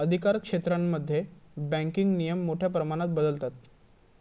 अधिकारक्षेत्रांमध्ये बँकिंग नियम मोठ्या प्रमाणात बदलतत